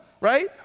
right